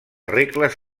regles